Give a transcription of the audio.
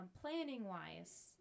planning-wise